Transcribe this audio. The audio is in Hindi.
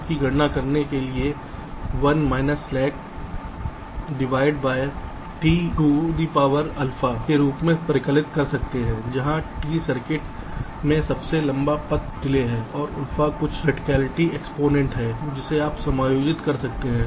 आप w की गणना करने के लिए 1 minus slack divide by T to the power alpha 1 slackTके रूप में परिकलित कर सकते हैं जहाँ T सर्किट में सबसे लंबा पथ डिले है और अल्फा कुछ कृतिकालिटी एक्सपोनेंट है जिसे आप समायोजित कर सकते हैं